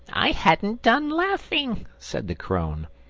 i hadn't done laughing, said the crone.